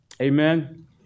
Amen